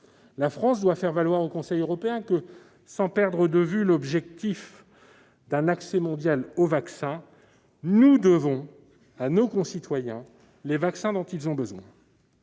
La France doit faire valoir auprès du Conseil européen que, sans perdre de vue l'objectif d'un accès mondial aux vaccins, nous devons à nos concitoyens les vaccins dont ils ont besoin.